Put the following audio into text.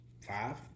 Five